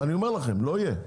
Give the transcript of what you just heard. אני אומר לכם לא יהיה,